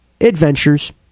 adventures